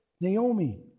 Naomi